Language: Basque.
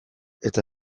eta